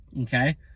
Okay